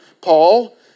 Paul